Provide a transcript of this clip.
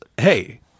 hey